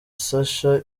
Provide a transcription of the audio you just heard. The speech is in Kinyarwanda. sacha